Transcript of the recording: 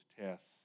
tests